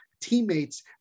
teammates